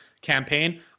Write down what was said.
campaign